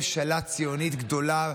ממשלה ציונית גדולה,